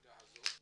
העבודה הזאת.